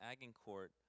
Agincourt